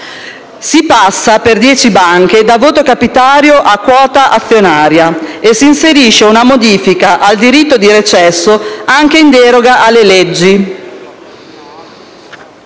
Si passa, per dieci banche, da voto capitario a quota azionaria e si inserisce una modifica al diritto di recesso anche in deroga alle leggi.